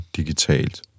digitalt